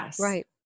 Right